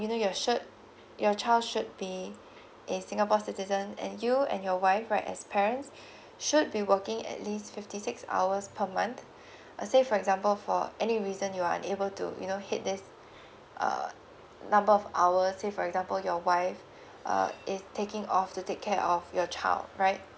you know your should your child should be a singapore citizen and you and your wife right as parents should be working at least fifty six hours per month uh say for example for any reason you are unable to you know hit this uh number of hours say for example your wife uh is taking off to take care of your child right